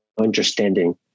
understanding